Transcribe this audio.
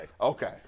Okay